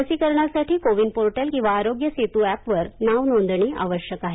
लसीकरणासाठी कोविन पोर्टल किंवा आरोग्य सेतू एपवर नाव नोंदणी आवश्यक आहे